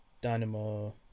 Dynamo